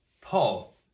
Paul